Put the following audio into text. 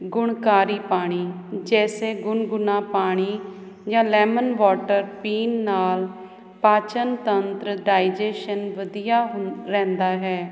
ਗੁਣਕਾਰੀ ਪਾਣੀ ਜੈਸੇ ਗੁਣ ਗੁਣਾ ਪਾਣੀ ਜਾ ਲੈਮਨ ਵਾਟਰ ਪੀਨ ਨਾਲ ਪਾਚਨ ਤੰਤਰ ਡਾਈਜੇਸ਼ਨ ਵਧੀਆ ਹੁਣ ਰਹਿੰਦਾ ਹੈ